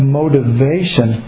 motivation